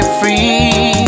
free